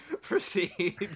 Proceed